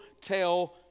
Tell